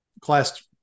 class